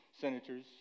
senators